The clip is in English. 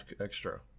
extra